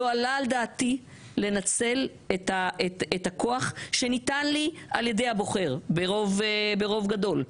לא עלה על דעתי לנצל את הכוח שניתן לי על ידי הבוחר ברוב גדול,